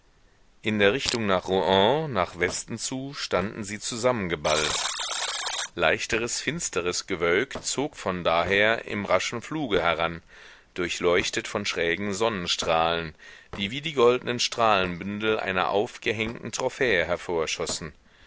in der richtung nach rouen nach westen zu standen sie zusammengeballt leichteres finsteres gewölk zog von daher im raschen fluge heran durchleuchtet von schrägen sonnenstrahlen die wie die goldnen strahlenbündel einer aufgehängten trophäe